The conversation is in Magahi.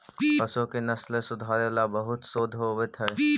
पशुओं की नस्ल सुधारे ला बहुत शोध होवित हाई